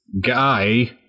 guy